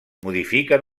modifiquen